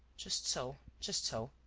just so. just so.